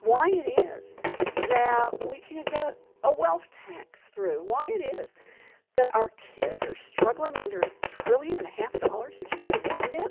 why it is that we can't get a wealth tax through why it is that our kids are struggling under a trillion-and-a-half dollars of student loan debt.